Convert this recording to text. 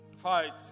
Fight